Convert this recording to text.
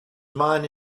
man